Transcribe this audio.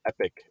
epic